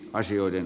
asioiden